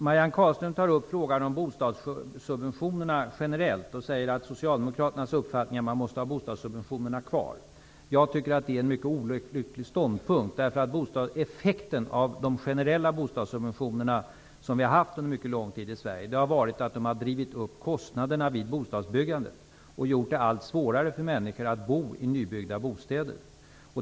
Marianne Carlström tar upp frågan om bostadssubventionerna generellt och säger att det är socialdemokraternas uppfattning att bostadssubventionerna måste vara kvar. Det är en mycket olycklig ståndpunkt, eftersom effekten av de generella bostadssubventioner som vi haft under en mycket lång tid i Sverige har varit att kostnaderna vid bostadsbyggandet har drivits upp, vilket har gjort det allt svårare för människor att bo i nybyggda bostäder.